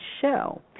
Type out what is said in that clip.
show